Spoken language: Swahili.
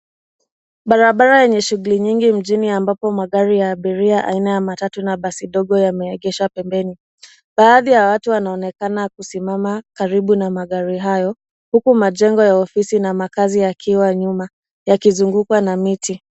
Barabara yenye shughuli nyingi mjini ambapo magari ya abiria aina ya matatu na basi dogo yameegeshwa pembeni. Baadhi ya watu wanaonekana kusimama karibu na magari hayo huku majengo ya ofisi na makazi yakiwa nyuma yakizungukwa na miti.